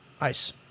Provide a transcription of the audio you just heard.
ice